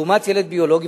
לעומת ילד ביולוגי,